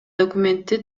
документти